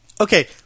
okay